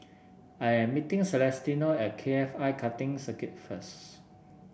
I am meeting Celestino at K F I Karting Circuit first